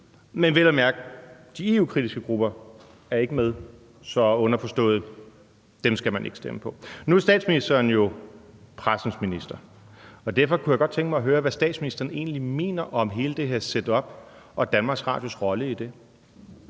hvor vel at mærke de EU-kritiske grupper ikke er med, underforstået, at dem skal man ikke stemme på. Nu er statsministeren jo pressens minister, og derfor kunne jeg godt tænke mig at høre, hvad statsministeren egentlig mener om hele det her setup og DR's rolle i det.